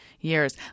years